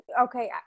Okay